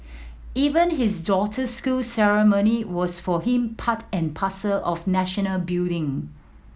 even his daughter's school ceremony was for him part and parcel of national building